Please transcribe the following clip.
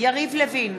יריב לוין,